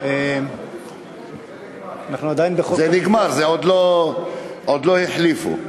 זה נגמר, עוד לא החליפו.